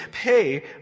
pay